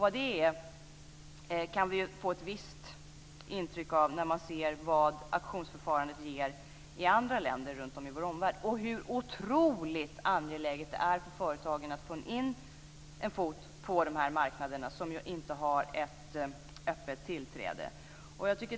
Vad det är kan vi få visst intryck av när vi ser vad auktionsförfarandet ger i andra länder runt om i vår omvärld och hur otroligt angeläget det är för företagen att få in en fot på de här marknaderna som inte har ett öppet tillträde.